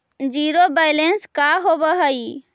Zero balance का होव हइ?